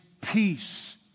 peace